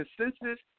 consensus